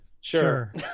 Sure